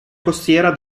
costiera